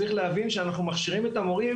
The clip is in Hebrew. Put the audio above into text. צריך להבין שאנחנו מכשירים את המורים